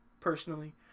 personally